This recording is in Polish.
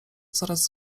coraz